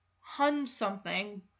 Hun-something